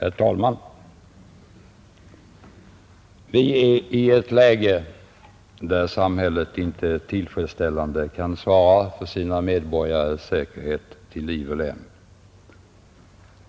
Herr talman! Vi befinner oss för närvarande i ett läge där samhället inte tillfredsställande kan svara för sina medborgares säkerhet till liv och lem.